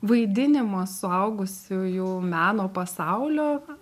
vaidinimo suaugusiųjų meno pasaulio